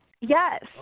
Yes